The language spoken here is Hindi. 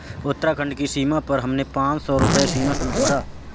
उत्तराखंड की सीमा पर हमने पांच सौ रुपए सीमा शुल्क भरा